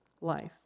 life